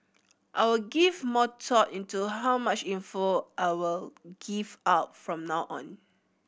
I will give more thought into how much info I will give out from now on